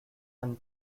and